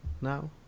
now